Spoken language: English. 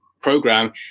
program